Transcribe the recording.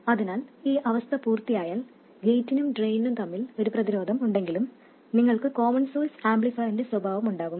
അതിനാൽ ഈ അവസ്ഥ പൂർത്തിയായാൽ ഡ്രെയിനും ഗേറ്റും തമ്മിൽ ഒരു പ്രതിരോധം ഉണ്ടെങ്കിലും നിങ്ങൾക്ക് കോമൺ സോഴ്സ് ആംപ്ലിഫയറിന്റെ സ്വഭാവം ഉണ്ടാകും